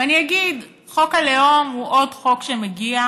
ואני אגיד, חוק הלאום הוא עוד חוק שמגיע.